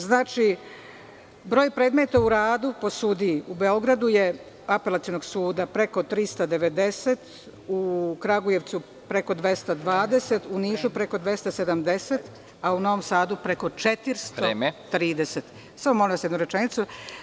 Znači, broj predmeta u radu po sudiji u Apelacionom sudu Beograda je preko 390, u Kragujevcu preko 220, u Nišu preko 270, a u Novom Sadu preko 430. (Predsednik: Vreme.) Molim vas, samo jednu rečenicu.